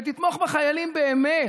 שתתמוך בחיילים באמת,